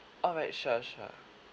alright sure sure